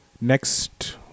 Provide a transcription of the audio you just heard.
Next